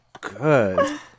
good